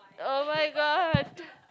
oh-my-god